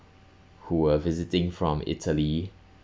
who were visiting from italy